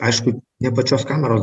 aišku ne pačios kameros